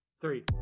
three